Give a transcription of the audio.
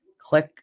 click